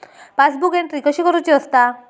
Passbook entry कशी करुची असता?